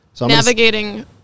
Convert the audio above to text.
Navigating